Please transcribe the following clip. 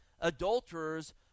adulterers